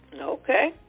Okay